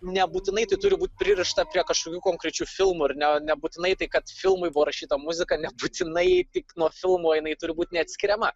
nebūtinai tai turi būt pririšta prie kažkokių konkrečių filmų ir ne nebūtinai tai kad filmui parašyta muzika nebūtinai tik nuo filmo jinai turi būt neatskiriama